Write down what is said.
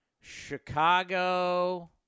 Chicago